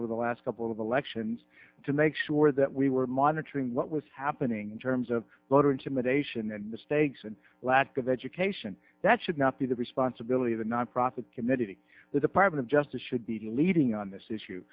over the last couple of elections to make sure that we were monitoring what was happening in terms of voter intimidation and mistakes and lack of education that should not be the responsibility of the nonprofit committee the department of justice should be leading on this issue